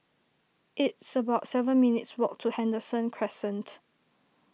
it's about seven minutes' walk to Henderson Crescent